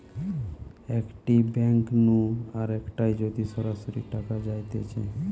একটি ব্যাঙ্ক নু আরেকটায় যদি সরাসরি টাকা যাইতেছে